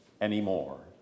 anymore